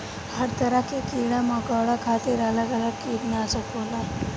हर तरह के कीड़ा मकौड़ा खातिर अलग अलग किटनासक होला